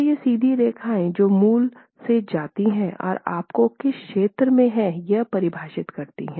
तो ये सीधी रेखाएं जो मूल से जाती हैं और आपको किस क्षेत्र में हैं यह परिभाषित करती हैं